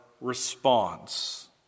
response